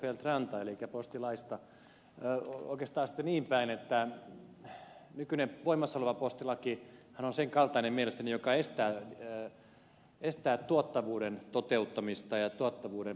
feldt ranta elikkä postilaista mutta oikeastaan sitten niin päin että nykyinen voimassa oleva postilakihan on sen kaltainen mielestäni joka estää tuottavuuden toteuttamista ja tuottavuuden parantamista